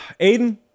Aiden